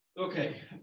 Okay